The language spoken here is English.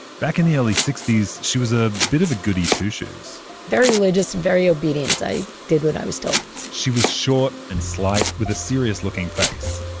back in the early sixty s, she was a bit of a goody two shoes very religious and very obedient. i did what i was told she was short and slight, with a serious-looking face.